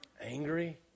angry